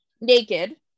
naked